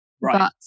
Right